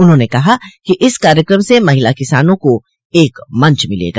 उन्होंने कहा कि इस कार्यक्रम से महिला किसानों को एक मंच मिलेगा